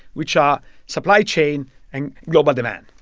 which are supply chain and global demand.